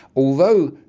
although,